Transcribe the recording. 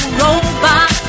robot